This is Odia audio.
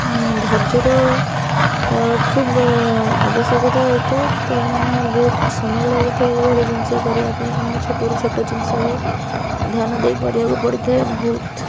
ଧର୍ଯ୍ୟର ଖୁବ୍ ଅ ଆବଶ୍ୟକତା ରହିଥାଏ କାହିଁକିନା ବହୁତ ସମୟ ଲାଗିଥାଏ ଏଭଳି ଜିନିଷ କରିବାପାଇଁ କାହିଁକିନା ଛୋଟରୁ ଛୋଟ ଜିନିଷ ବି ଧ୍ୟାନ ଦେଇ କରିବାକୁ ପଡ଼ିଥାଏ ବହୁତ